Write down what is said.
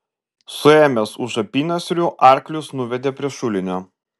suėmęs už apynasrių arklius nuvedė prie šulinio